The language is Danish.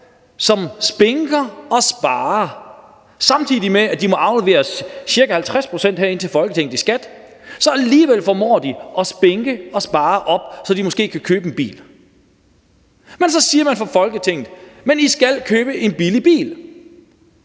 som spinker og sparer. Selv om de må aflevere ca. 50 pct. til Folketinget i skat, formår de alligevel at spinke og spare op, så de måske kan købe en bil. Men så siger man fra Folketingets side: I skal købe en billig bil,